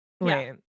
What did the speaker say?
Right